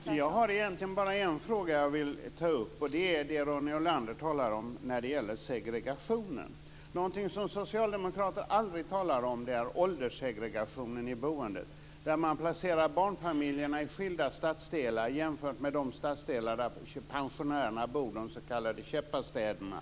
Fru talman! Jag vill egentligen bara ta upp en fråga. Det gäller det Ronny Olander säger när det gäller segregationen. Något som socialdemokrater aldrig talar om är ålderssegregationen i boendet, dvs. att man placerar barnfamiljerna i andra stadsdelar än de där pensionärerna bor, de s.k. käppastäderna.